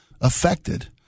affected